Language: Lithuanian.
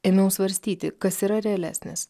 ėmiau svarstyti kas yra realesnis